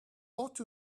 lot